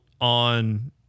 on